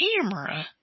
camera